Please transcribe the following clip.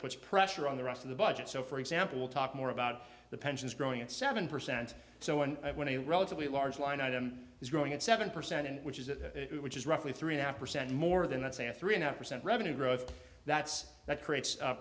puts pressure on the rest of the budget so for example we'll talk more about the pensions growing at seven percent so and when a relatively large line item is growing at seven percent which is that which is roughly three half percent more than that's an three and a half percent revenue growth that's that creates